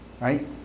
right